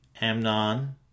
Amnon